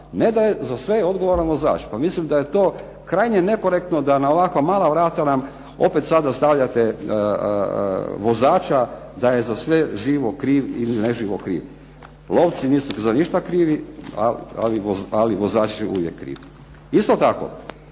ne da za sve je odgovoran vozač. Mislim da je to krajnje nekorektno da na ovako mala vrata nam opet sada ostavljate vozača da je za sve živo kriv ili ne živo kriv. Lovci nisu za ništa krivi, ali vozač je uvijek kriv. Isto tako